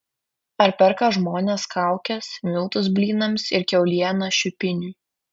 ar perka žmonės kaukes miltus blynams ir kiaulieną šiupiniui